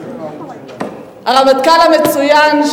הרמטכ"ל המצוין,